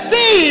See